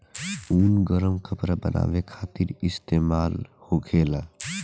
ऊन गरम कपड़ा बनावे खातिर इस्तेमाल होखेला